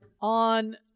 on